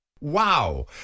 wow